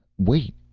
wait,